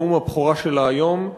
נאום הבכורה שלה היום,